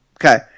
Okay